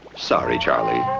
sorry, charlie,